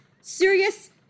serious